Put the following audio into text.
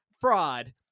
Fraud